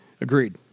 Agreed